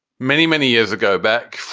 many, many years ago, back,